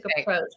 approach